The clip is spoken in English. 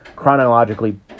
chronologically